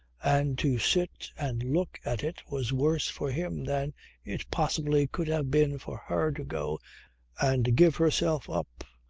and to sit and look at it was worse for him than it possibly could have been for her to go and give herself up,